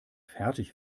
fertig